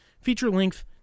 feature-length